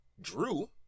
Drew